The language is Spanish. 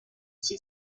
zig